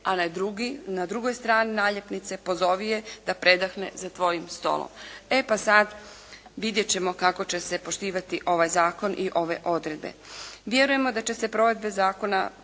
A na drugoj strani naljepnice pozovi je da predahne za tvojim stolom. E pa sad vidjet ćemo kako će se poštivati ovaj zakon i ove odredbe. Vjerujemo da će se provedbe zakona